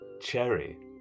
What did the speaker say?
cherry